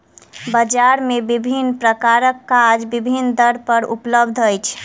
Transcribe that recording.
बजार मे विभिन्न प्रकारक कागज विभिन्न दर पर उपलब्ध अछि